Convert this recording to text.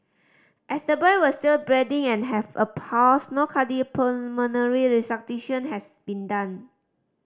as the boy was still breathing and have a pulse no cardiopulmonary resuscitation has been done